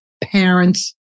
Parents